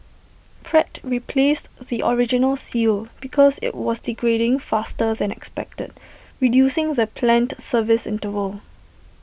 Pratt replaced the original seal because IT was degrading faster than expected reducing the planned service interval